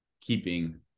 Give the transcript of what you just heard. keeping